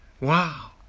Wow